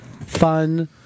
fun